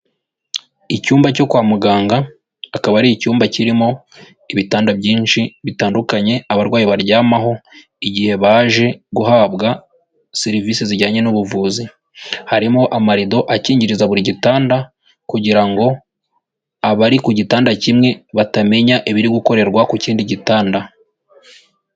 Icyumba cyo kwa muganga akaba ari icyumba kirimo ibitanda byinshi bitandukanye abarwayi baryamaho igihe baje guhabwa serivise zijyanye n'ubuvuzi, harimo amarido akingiriza buri gitanda kugira ngo abari ku gitanda kimwe batamenya ibiri gukorerwa ku kindi gitanda.